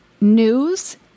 news